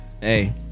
Hey